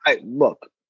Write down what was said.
Look